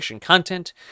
content